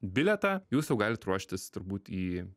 bilietą jūs jau galit ruoštis turbūt į